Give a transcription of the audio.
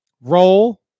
Roll